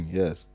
yes